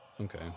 Okay